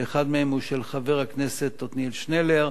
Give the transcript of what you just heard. שאחד מהם הוא של חבר הכנסת עתניאל שנלר,